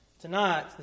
Tonight